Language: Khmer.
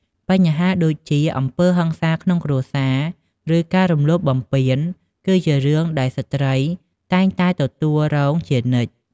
បញ្ហាដូចជា អំពើហិង្សាក្នុងគ្រួសារ ឬការរំលោភបំពាន គឺជារឿងដែលស្ត្រីតែងតែទទួលរងជានិច្ច។